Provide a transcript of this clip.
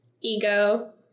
Ego